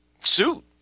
suit